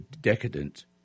decadent